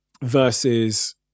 versus